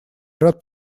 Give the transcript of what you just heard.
рад